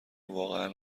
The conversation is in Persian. واقعا